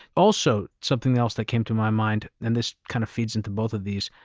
also, something else that came to my mind, and this kind of feeds into both of these.